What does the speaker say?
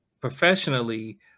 professionally